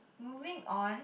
moving on